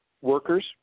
workers